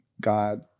God